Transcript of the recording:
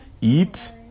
eat